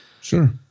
sure